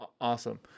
Awesome